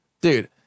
dude